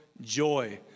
joy